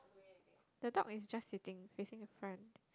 the dog is just sitting facing the front